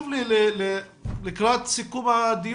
אני חייב לומר שאני מאוד מסכים עם העניין שצריך לטפל